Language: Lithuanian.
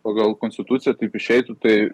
pagal konstituciją taip išeitų tai